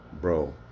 bro